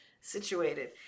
situated